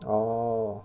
oh